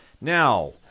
Now